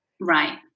right